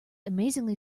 amazingly